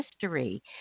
history